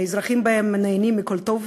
שהאזרחים בהן נהנים מכל טוב,